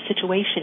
situation